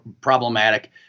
problematic